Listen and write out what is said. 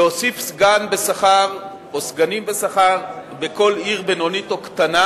להוסיף סגן בשכר או סגנים בשכר בכל עיר בינונית או קטנה,